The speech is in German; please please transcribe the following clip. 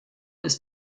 ist